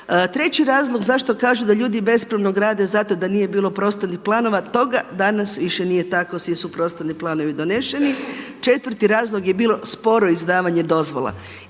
Treći razlog zašto kaže da ljudi bespravno grade je zato da nije bilo prostornih planova toga danas više nije tako, svi su prostorni planovi donošeni. Četvrti razlog je bilo sporo izdavanje dozvola.